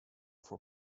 for